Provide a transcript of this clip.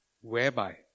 whereby